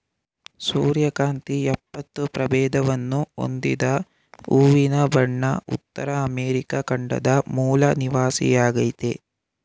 ಸೂರ್ಯಕಾಂತಿ ಎಪ್ಪತ್ತು ಪ್ರಭೇದವನ್ನು ಹೊಂದಿದ ಹೂವಿನ ಬಣ ಉತ್ತರ ಅಮೆರಿಕ ಖಂಡದ ಮೂಲ ನಿವಾಸಿಯಾಗಯ್ತೆ